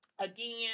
Again